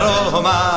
Roma